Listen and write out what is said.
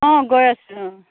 অঁ গৈ আছোঁ অঁ